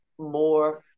more